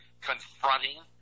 confronting